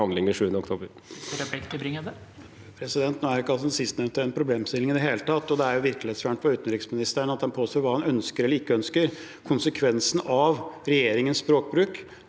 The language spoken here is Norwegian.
Nå er ikke sistnevnte en problemstilling i det hele tatt. Det er virkelighetsfjernt for utenriksministeren at han påstår hva han ønsker eller ikke ønsker. Regjeringens språkbruk,